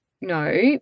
No